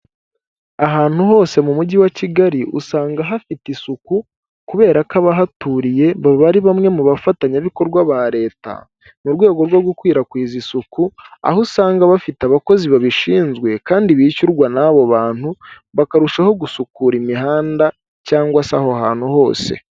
Ahantu hose mu mujyi wa kigali usanga hafite isuku kubera ko abahaturiye baba ari bamwe mu bafatanyabikorwa ba leta mu rwego rwo gukwirakwiza isuku aho usanga bafite abakozi babishinzwe kandi bishyurwa n'abo bantu bakarushaho gusukura imihanda cyangwa se aho hantu hose.